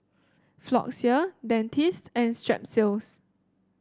Floxia Dentiste and Strepsils